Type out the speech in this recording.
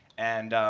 and,